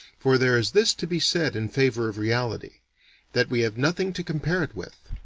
for there is this to be said in favor of reality that we have nothing to compare it with.